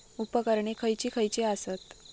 उपकरणे खैयची खैयची आसत?